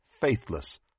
faithless